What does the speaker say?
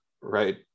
Right